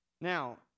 Now